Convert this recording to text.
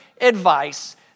advice